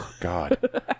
god